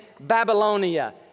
Babylonia